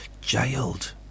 Jailed